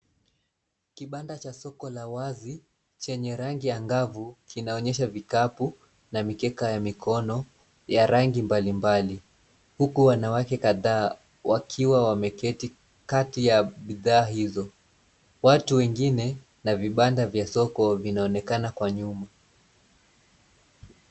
Kibanda cha soko la wazi, chenye rangi angavu, kinaonyesha vikapu na mikeka ya mikono ya rangi mbali mbali, huku wanawake kadhaa wakiwa wameketi kati ya bidhaa hizo. Watu wengine na vibanda vya soko, vinaonekana kwa nyuma.